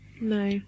no